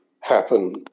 happen